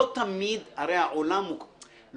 לא תמיד מבינים,